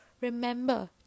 Remember